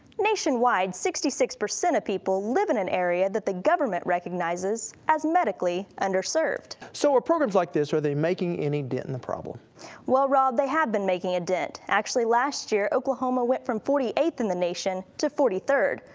nationwide sixty six percent of people live in an area that the government recognizes as medically underserved. rob so are programs like this, are they making any dent in the problem? kela well rob, they have been making a dent. actually last year, oklahoma went from forty eighth in the nation to forty third,